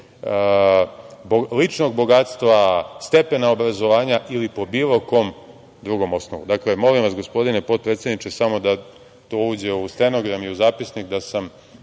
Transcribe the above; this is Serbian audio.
ličnog bogatstva, stepena obrazovanja ili po bilo kom drugom osnovu. Molim vas, gospodine potpredsedniče, samo da to uđe u stenogram i u zapisnik, da sam